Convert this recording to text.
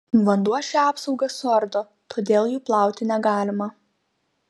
vanduo šią apsaugą suardo todėl jų plauti negalima